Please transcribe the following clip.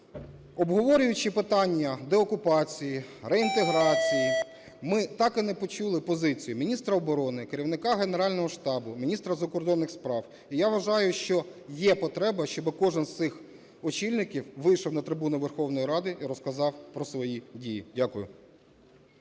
Обговорюючи питання деокупації, реінтеграції, ми так і не почули позицію міністра оброни, керівника Генерального штабу, міністра закордонних справ, і я вважаю, що є потреба, щоби кожен з цих очільників вийшов на трибуну Верховної Ради і розказав про свої дії. Дякую.